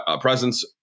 presence